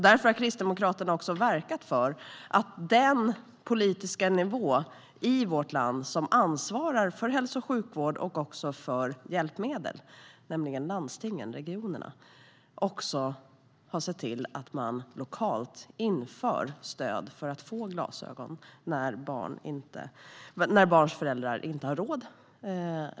Därför har Kristdemokraterna verkat för att den politiska nivå i vårt land som ansvarar för hälso och sjukvård och för hjälpmedel, nämligen landstingen och regionerna, ska se till att man lokalt inför stöd för att barn som behöver glasögon ska få det när föräldrarna inte har råd.